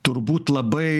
turbūt labai